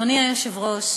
אדוני היושב-ראש,